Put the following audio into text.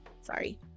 sorry